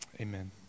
Amen